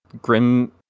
Grim